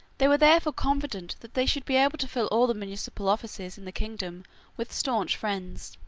they were therefore confident that they should be able to fill all the municipal offices in the kingdom with staunch friends.